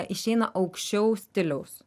išeina aukščiau stiliaus